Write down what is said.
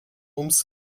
ums